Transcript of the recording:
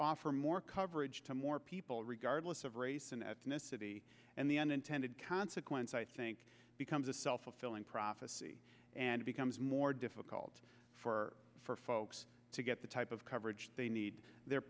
offer more coverage to more people regardless of race and ethnicity and the unintended consequence i think becomes a self fulfilling prophecy and becomes more difficult for folks to get the type of coverage they need the